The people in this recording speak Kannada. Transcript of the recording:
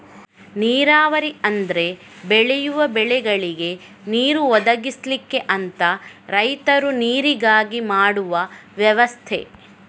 ನೀರಾವರಿ ಅಂದ್ರೆ ಬೆಳೆಯುವ ಬೆಳೆಗಳಿಗೆ ನೀರು ಒದಗಿಸ್ಲಿಕ್ಕೆ ಅಂತ ರೈತರು ನೀರಿಗಾಗಿ ಮಾಡುವ ವ್ಯವಸ್ಥೆ